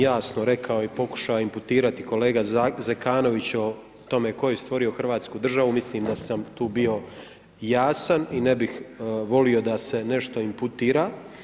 Ja sam jasno rekao i pokušao imputirati kolege Zekanovićevo o tome tko je stvorio Hrvatsku državu, mislim da sam tu bio jasan i ne bih volio da se nešto imputira.